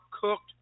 cooked